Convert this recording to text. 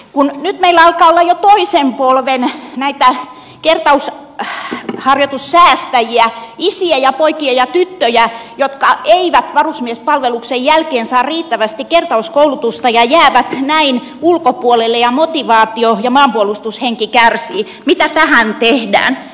kun nyt meillä alkaa olla jo toisen polven näitä kertausharjoitussäästäjiä isiä ja poikia ja tyttöjä jotka eivät varusmiespalveluksen jälkeen saa riittävästi kertauskoulutusta ja jäävät näin ulkopuolelle ja motivaatio ja maanpuolustushenki kärsivät mitä tähän tehdään